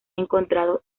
encontrado